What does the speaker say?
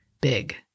Big